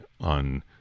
on